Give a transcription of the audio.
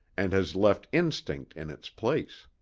and has left instinct in its place.